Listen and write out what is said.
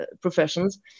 professions